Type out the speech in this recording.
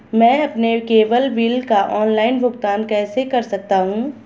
मैं अपने cable bill का ऑनलाइन भुगतान कैसे कर सकता हूं?